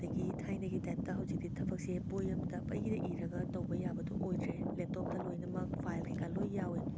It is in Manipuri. ꯑꯗꯒꯤ ꯊꯥꯏꯅꯒꯤ ꯇꯥꯏꯄꯇꯥ ꯍꯧꯖꯤꯛꯇꯤ ꯊꯕꯛꯁꯦ ꯕꯣꯏ ꯑꯃꯗ ꯄꯛꯏꯗ ꯏꯔꯒ ꯇꯧꯕ ꯌꯥꯕꯗꯨ ꯑꯣꯏꯗ꯭ꯔꯦ ꯂꯦꯞꯇꯣꯞꯇ ꯂꯣꯏꯅꯃꯛ ꯐꯥꯏꯜ ꯀꯩꯀꯥ ꯂꯣꯏ ꯌꯥꯎꯏ